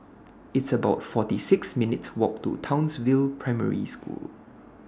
It's about forty six minutes' Walk to Townsville Primary School